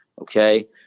Okay